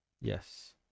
Yes